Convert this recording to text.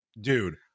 Dude